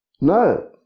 No